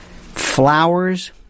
flowers